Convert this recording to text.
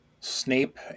Snape